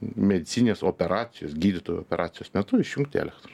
medicininės operacijos gydytojai operacijos metu išjungti elektrą